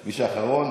נתקבלה.